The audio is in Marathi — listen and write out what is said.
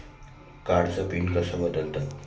कार्डचा पिन कसा बदलतात?